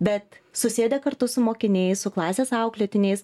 bet susėdę kartu su mokiniais su klasės auklėtiniais